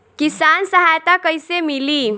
किसान सहायता कईसे मिली?